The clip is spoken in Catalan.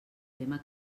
tema